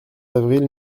avril